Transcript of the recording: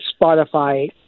Spotify